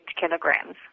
kilograms